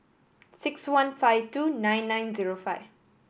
six one five two nine nine zero five